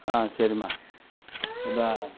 ஆ சரிம்மா இப்போ